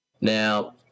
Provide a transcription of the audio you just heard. Now